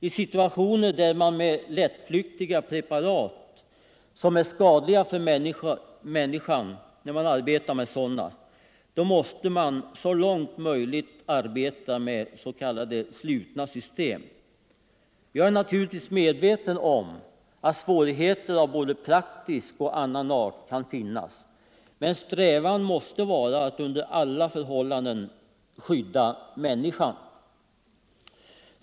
I situationer där man arbetar med lättflyktiga preparat som är skadliga för människan måste man så långt möjligt arbeta med s.k. slutna system. Jag är naturligtvis medveten om att svårigheter av både praktisk och annan art kan finnas, men strävan måste vara att under alla förhållanden skydda människan.